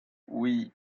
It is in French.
oui